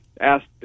asked